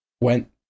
went